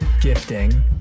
gifting